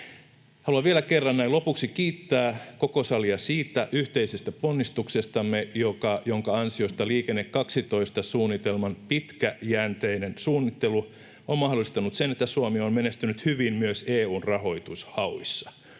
Haluan vielä kerran näin lopuksi kiittää koko salia siitä yhteisestä ponnistuksestamme, jonka ansiosta Liikenne 12 -suunnitelman pitkäjänteinen suunnittelu on mahdollistanut sen, että Suomi on menestynyt hyvin myös EU:n rahoitushauissa.